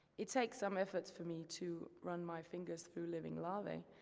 it takes some efforts for me to run my fingers through living larvae,